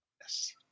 Yes